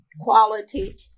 quality